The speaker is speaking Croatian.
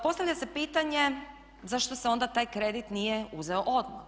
Postavlja se pitanje zašto se onda taj kredit nije uzeo odmah?